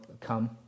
come